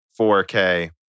4K